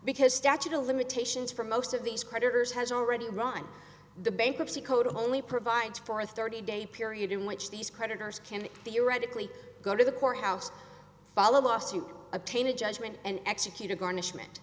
because statute of limitations for most of these creditors has already run the bankruptcy code wholly provides for a thirty day period in which these creditors can theoretically go to the courthouse follow lawsuit obtain a judgment and execute a garnishment